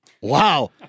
Wow